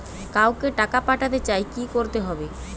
কাউকে টাকা পাঠাতে চাই কি করতে হবে?